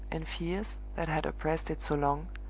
and fears that had oppressed it so long,